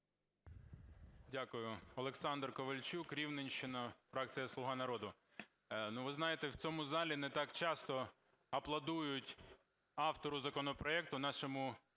О.В. Олександр Ковальчук, Рівненщина, фракція "Слуга народу". Ви знаєте, в цьому залі не так часто аплодують автору законопроекту, нашому